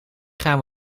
gaan